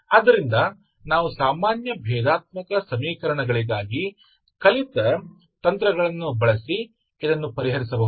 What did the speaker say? ಆದ್ದರಿಂದ ನಾವು ಸಾಮಾನ್ಯ ಭೇದಾತ್ಮಕ ಸಮೀಕರಣಗಳಿಗಾಗಿ ಕಲಿತ ತಂತ್ರಗಳನ್ನು ಬಳಸಿ ಇದನ್ನು ಪರಿಹರಿಸಬಹುದು